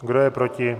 Kdo je proti?